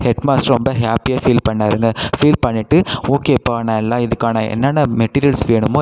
head master ரொம்ப ஹாப்பியாக feel பண்ணாருங்க ஃபீல் பண்ணிவிட்டு ஓகேப்பா நான் எல்லாம் இதற்கான என்னென்ன மெட்டீரியல்ஸ் வேணுமோ